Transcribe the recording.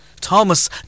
Thomas